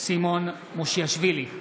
סימון מושיאשוילי,